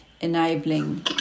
enabling